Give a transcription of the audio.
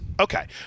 Okay